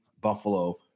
Buffalo